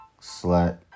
slut